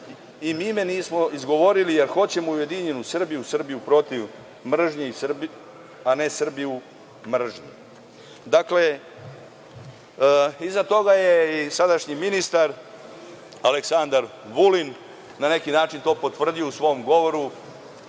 im ime nismo izgovorili jer hoćemo ujedinjenu Srbiju, Srbiju protiv mržnje, a ne Srbiju mržnje.“Dakle, iza toga je i sadašnji ministar Aleksandar Vulin na neki način to potvrdio u svom govoru